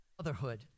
Motherhood